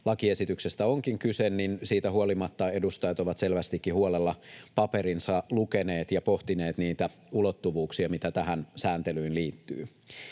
lakiesityksestä onkin kyse, siitä huolimatta edustajat ovat selvästikin huolella paperinsa lukeneet ja pohtineet niitä ulottuvuuksia, mitä tähän sääntelyyn liittyy.